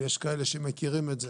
ויש כאלה שמכירים את זה,